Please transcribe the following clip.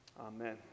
Amen